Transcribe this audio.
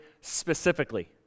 specifically